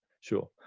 sure